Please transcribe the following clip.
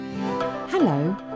Hello